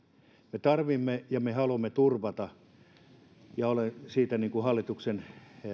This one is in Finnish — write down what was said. me tarvitsemme ja me haluamme turvata tämän olen siitä hallituksen